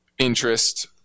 interest